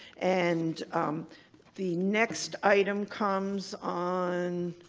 and the next item comes on.